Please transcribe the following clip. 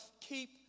keep